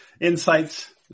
insights